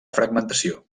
fragmentació